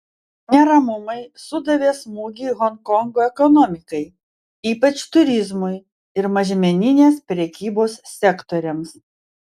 neramumai sudavė smūgį honkongo ekonomikai ypač turizmui ir mažmeninės prekybos sektoriams